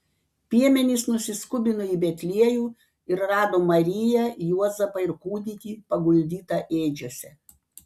piemenys nusiskubino į betliejų ir rado mariją juozapą ir kūdikį paguldytą ėdžiose